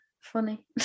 funny